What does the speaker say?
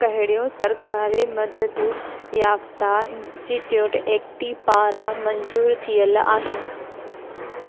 कहिड़ियूं सरकारी मदद याफ़्ता इन्स्टिटयूट एक्टी पारां मंज़ूरु थियल आहिनि